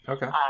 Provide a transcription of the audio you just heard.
Okay